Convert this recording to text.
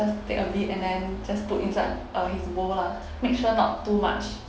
just take a bit and then just put inside uh his bowl lah make sure not too much